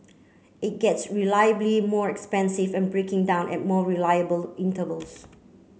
it gets reliably more expensive and breaking down at more reliable intervals